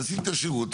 עשיתי שירות,